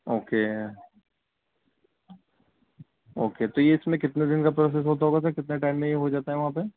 okay okay تو یہ اس میں کتنے دن کا پروسس ہوتا ہوگا سر کتنے ٹائم میں یہ ہو جاتا ہے وہاں پہ